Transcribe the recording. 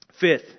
fifth